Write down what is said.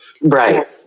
Right